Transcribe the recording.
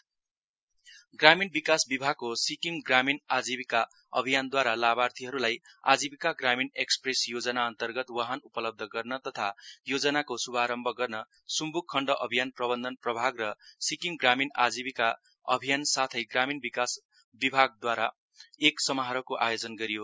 AGEY ग्रामीण विकाश विभागको सिक्किम ग्रामीण आजीविका अभियानद्वारा लाभार्थीहरुलाई आजीविका ग्रामीण एक्सप्रेश योजना अन्तर्गत वाहन उपलब्ध गर्न तथा योजनाको श्भारम्भ गर्न सुम्ब्क खण्ड अभियान प्रबन्धन प्रभाग र सिक्किम ग्रामीण आजीविका अभियान र साथै ग्रामीण विकासद्वारा एक समारोहको आयोजन गरियो